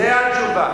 זה התשובה.